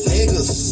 Niggas